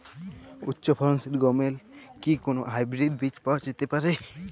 উচ্চ ফলনশীল গমের কি কোন হাইব্রীড বীজ পাওয়া যেতে পারে?